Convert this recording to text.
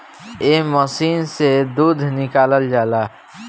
एह मशीन से दूध निकालल जाला